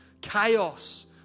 chaos